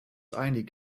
einig